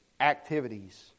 Activities